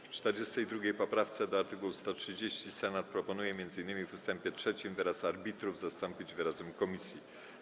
W 42. poprawce do art. 130 Senat proponuje m.in. w ust. 3 wyraz „arbitrów” zastąpić wyrazem „Komisji”